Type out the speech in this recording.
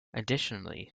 additionally